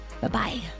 Bye-bye